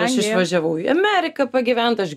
aš išvažiavau į ameriką pagyvent aš